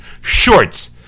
shorts